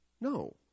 No